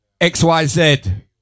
XYZ